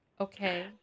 Okay